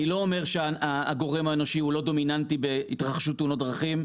אני לא אומר שהגורם האנושי הוא לא דומיננטי בהתרחשות תאונות דרכים,